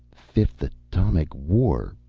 fifth atomic war.